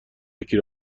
یکی